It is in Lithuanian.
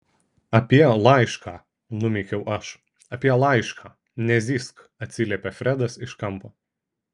apie laišką numykiau aš apie laišką nezyzk atsiliepė fredas iš kampo